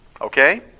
Okay